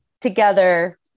together